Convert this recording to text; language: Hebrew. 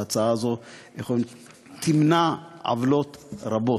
ההצעה הזאת תמנע עוולות רבות.